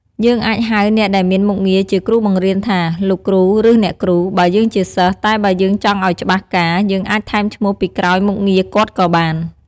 យើងអាចហៅអ្នកដែលមានមុខងារជាគ្រូបង្រៀនថា លោកគ្រូ ឬអ្នកគ្រូ បើយើងជាសិស្សតែបើយើងចង់អោយច្បាស់ការ យើងអាចថែមឈ្មោះពីក្រោយមុខងារគាត់ក៏បាន។